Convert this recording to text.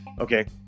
Okay